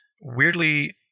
weirdly